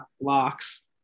locks